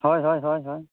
ᱦᱚᱭ ᱦᱚᱭ ᱦᱚᱭ ᱦᱚᱭ